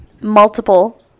multiple